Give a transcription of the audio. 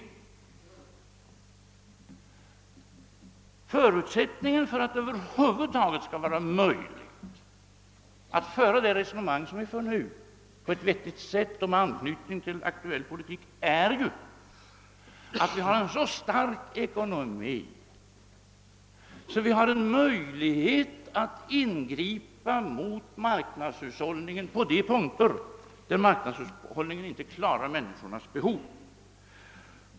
En förutsättning för att det över huvud taget skall vara möjligt att på ett vettigt sätt föra det resonemang som vi för nu med anknytning till aktuell politik är att vi har en så stark ekonomi att vi har möjlighet att ingripa mot marknadshushållningen på de punkter där marknadshushållningen inte klarar människornas behov.